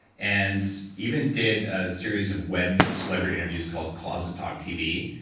and even did a series of web celebrity interviews called closet talk tv,